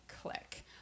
click